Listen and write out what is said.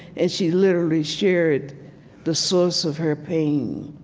and she literally shared the source of her pain.